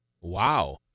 Wow